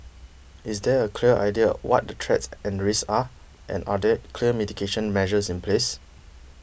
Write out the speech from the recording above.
is there a clear idea what the threats and the risks are and are there clear mitigation measures in place